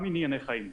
גם ענייני חיים.